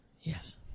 Yes